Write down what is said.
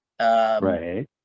Right